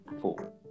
Four